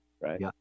right